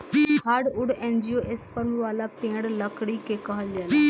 hardwood angiosperm वाला पेड़ लकड़ी के कहल जाला